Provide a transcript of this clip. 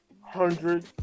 hundred